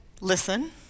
listen